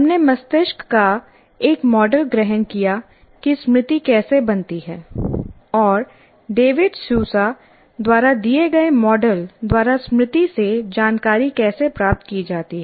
हमने मस्तिष्क का एक मॉडल ग्रहण किया कि स्मृति कैसे बनती है और डेविड सूसा द्वारा दिए गए मॉडल द्वारा स्मृति से जानकारी कैसे प्राप्त की जाती है